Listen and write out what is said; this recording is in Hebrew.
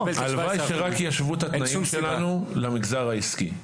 --- הלוואי שרק ישוו את התנאים שלנו למגזר העסקי,